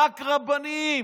רק רבנים,